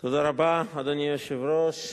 אדוני היושב-ראש,